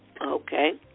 Okay